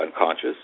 unconscious